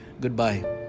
Goodbye